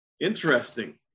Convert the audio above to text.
Interesting